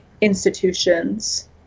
institutions